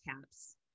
caps